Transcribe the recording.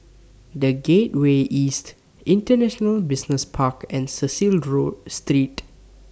The Gateway East International Business Park and Cecil draw Street